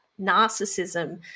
narcissism